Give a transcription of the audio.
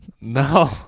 No